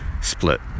split